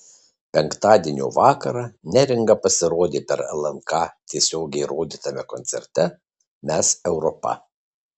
penktadienio vakarą neringa pasirodė per lnk tiesiogiai rodytame koncerte mes europa